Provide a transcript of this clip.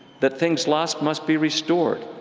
that things lost must be restored,